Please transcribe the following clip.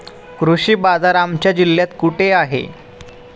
कृषी बाजार आमच्या जिल्ह्यात कुठे आहे?